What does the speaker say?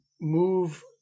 move